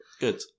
Good